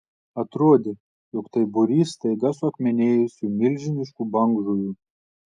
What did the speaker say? atrodė jog tai būrys staiga suakmenėjusių milžiniškų bangžuvių